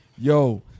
Yo